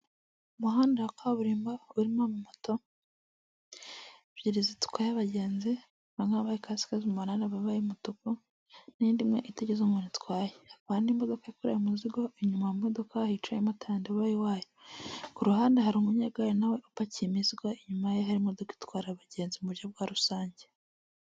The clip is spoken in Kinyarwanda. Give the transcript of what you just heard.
Umuhanda wa kaburimbo urimo moto, ebyiri zitwaye abagenzi banka ba ikasike z umunanira babaye umutuku n'indi imwe itagize umuntu atwayevan nimbaga ikoreye umuzigo inyuma mu modoka hicayemo tandeboyi wayo ku ruhande hari umunyegare nawe upakiye neza inyuma y'aho imodoka itwara abagenzi mu buryo bwa rusange.